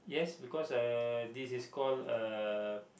yes because uh this is call uh